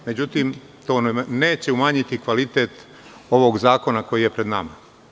Međutim, to neće umanjiti kvalitet ovog zakona koji je pred nama.